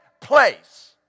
place